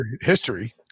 history